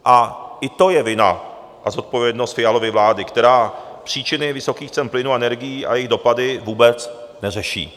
A i to je vina a zodpovědnost Fialovy vlády, která příčiny vysokých cen plynu a energií a jejich dopady vůbec neřeší.